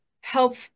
help